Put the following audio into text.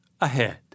ahead